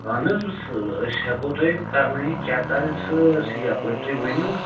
اہن حظ یُس أسۍ ہٮ۪کو تۄہہِ کرنٲیِتھ چکر سٲرۍسٕے یَپٲرۍ تُہۍ ؤنِو